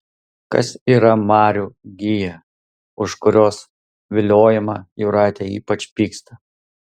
kas yra marių gija už kurios viliojimą jūratė ypač pyksta